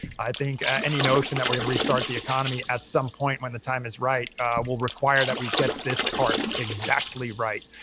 i think any notion that we're going to restart the economy at some point when the time is right will require that we get this part exactly right.